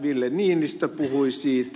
ville niinistö puhui siitä